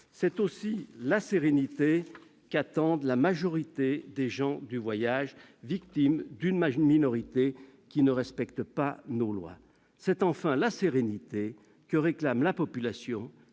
C'est aussi de la sérénité qu'attendent la majorité des gens du voyage, victime d'une minorité qui ne respecte pas nos lois. C'est enfin de la sérénité que réclame la population,